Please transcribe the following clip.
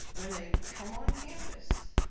when they come on campus,